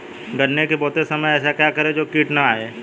गन्ने को बोते समय ऐसा क्या करें जो कीट न आयें?